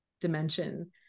dimension